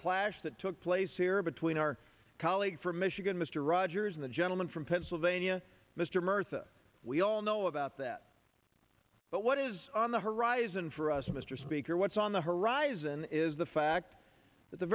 clash that took place here between our colleague from michigan mr rogers in the gentleman from pennsylvania mr murtha we all know about that but what is on the horizon for us mr speaker what's on the horizon is the fact that the